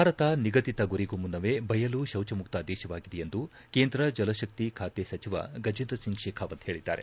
ಭಾರತ ನಿಗದಿತ ಗುರಿಗೂ ಮುನ್ನವೇ ಬಯಲು ಶೌಚಮುಕ್ತ ದೇಶವಾಗಿದೆ ಎಂದು ಕೇಂದ್ರ ಜಲಶಕ್ತಿ ಖಾತೆ ಸಚಿವ ಗಜೇಂದ್ರ ಸಿಂಗ್ ಶೆಖಾವತ್ ಹೇಳಿದ್ದಾರೆ